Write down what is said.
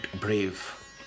brave